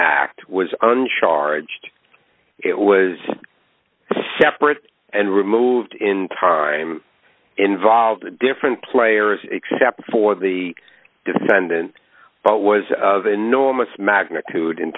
act was only charged it was separate and removed in time involved different players except for the defendant but was of enormous magnitude in